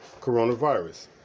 coronavirus